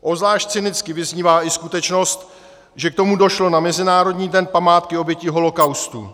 Obzvlášť cynicky vyznívá i skutečnost, že k tomu došlo na Mezinárodní den památky obětí holokaustu.